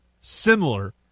similar